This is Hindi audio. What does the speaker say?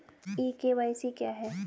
ई के.वाई.सी क्या है?